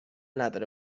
نداره